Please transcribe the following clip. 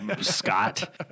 Scott